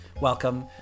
welcome